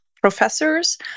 professors